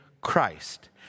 Christ